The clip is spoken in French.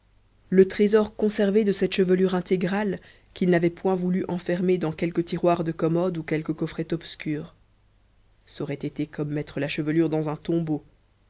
lâme le trésor conservé de cette chevelure intégrale qu'il n'avait point voulu enfermer dans quelque tiroir de commode ou quelque coffret obscur caurait été comme mettre la chevelure dans un tombeau